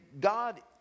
God